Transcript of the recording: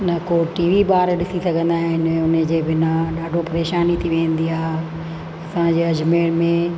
न को TV ॿार ॾिसी सघंदा आहिनि उन जे बिना ॾाढो परेशानी थी वेंदी आहे असांजा अजमेर में